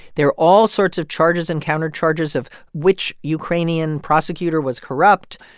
there are all sorts of charges and countercharges of which ukrainian prosecutor was corrupt.